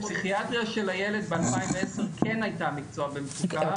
פסיכיאטריה של הילד ב-2010 כן הייתה מקצוע במצוקה.